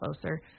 closer